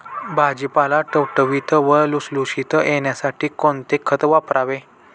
भाजीपाला टवटवीत व लुसलुशीत येण्यासाठी कोणते खत वापरावे?